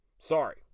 sorry